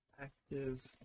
active